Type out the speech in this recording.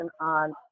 on